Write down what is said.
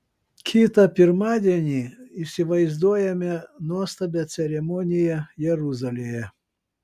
kitą pirmadienį įsivaizduojame nuostabią ceremoniją jeruzalėje